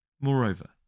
Moreover